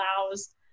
allows